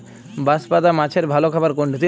বাঁশপাতা মাছের ভালো খাবার কোনটি?